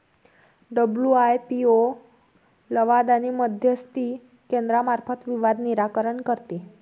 WIPO लवाद आणि मध्यस्थी केंद्रामार्फत विवाद निराकरण करते